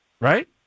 right